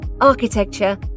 architecture